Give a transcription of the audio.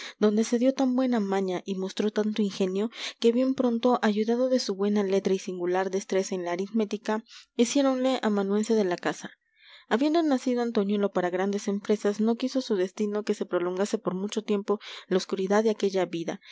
donde se dio tan buena maña y mostró tanto ingenio que bien pronto ayudado de su buena letra y singular destreza en la aritmética hiciéronle amanuense de la casa habiendo nacido antoñuelo para grandes empresas no quiso su destino que se prolongase por mucho tiempo la oscuridad de aquella vida